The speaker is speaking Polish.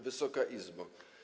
Wysoka Izbo!